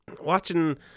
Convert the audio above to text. watching